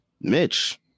Mitch